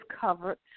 covered